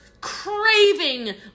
craving